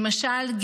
למשל,